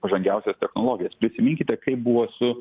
pažangiausias technologijas prisiminkite kaip buvo su